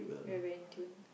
we're very in tune